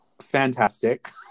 fantastic